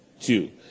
two